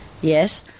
yes